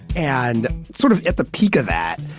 and sort of at the peak of that,